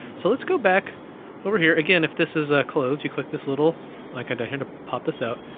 so let's go back over here. again, if this is closed, you click this little like i hit to pop this out.